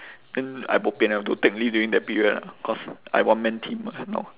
then I bo pian I have to take leave during that period lah cause I one man team mah hand off